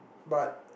but